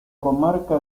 comarca